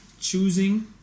choosing